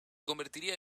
convertiría